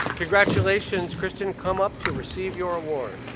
congratulations, kristen. come up to receive your award.